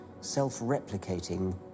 self-replicating